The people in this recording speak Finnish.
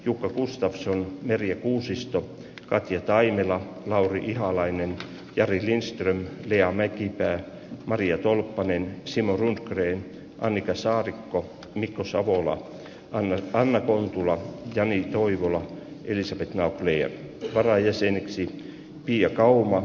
jukka gustafsson merja kuusisto katja taimela lauri ihalainen jari lindström toteamme kiittää maria tolppanen simo rundgren annika saarikko mikko salolla on anna kontula jani toivola ylsivät naapurien varajäseneksi ja kauhua